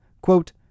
Quote